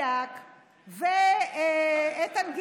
איתן,